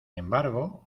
embargo